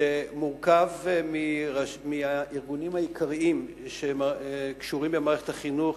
שמורכב מהארגונים העיקריים שקשורים למערכת החינוך,